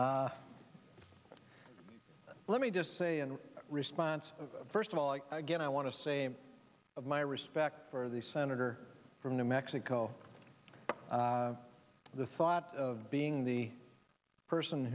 let me just say in response first of all again i want to say of my respect for the senator from new mexico the thought of being the person